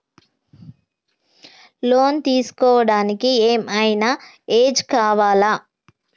Loan తీస్కోవడానికి ఏం ఐనా ఏజ్ కావాలా?